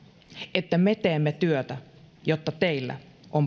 että me teemme työtä jotta teillä on